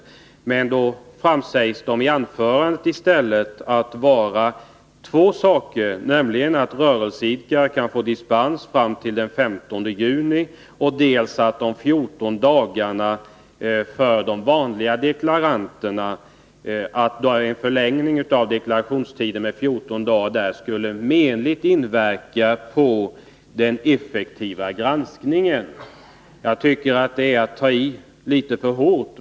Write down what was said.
Nu har de i stället framförts i herr Wachtmeisters anförande och angetts vara två: dels att rörelseidkare kan få dispens fram till den 15 juni, dels att en förlängning av deklarationstiden med 14 dagar för vanliga deklaranter menligt skulle inverka på den effektiva granskningen. Jag tycker att det här är att ta i litet för hårt.